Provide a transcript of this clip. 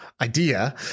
idea